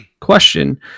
question